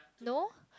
no